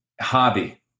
Hobby